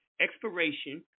Expiration